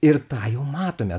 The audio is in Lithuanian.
ir tą jau matome